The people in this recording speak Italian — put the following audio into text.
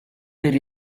per